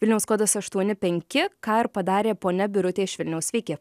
vilniaus kodas aštuoni penki ką ir padarė ponia birutė iš vilniaus sveiki